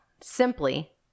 simply